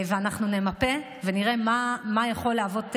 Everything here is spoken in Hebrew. אנחנו נמפה ונראה מה יכול להוות בעיה.